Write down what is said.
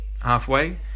halfway